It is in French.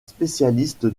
spécialiste